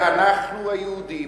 ואנחנו היהודים,